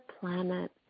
planet